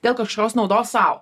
dėl kažkokios naudos sau